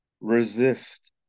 resist